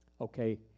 Okay